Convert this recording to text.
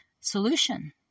solution